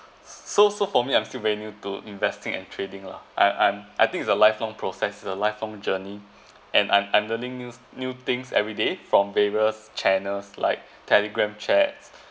so so for me I'm still very new to investing and trading lah I I'm I think is a lifelong process it's a lifelong journey and I'm I'm learning new new things every day from various channels like telegram chats